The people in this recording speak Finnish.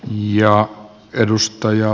arvoisa puhemies